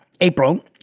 April